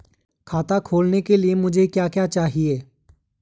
खाता खोलने के लिए मुझे क्या क्या चाहिए?